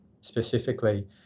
specifically